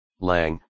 Lang